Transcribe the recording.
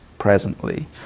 presently